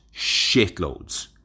shitloads